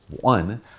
one